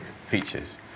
features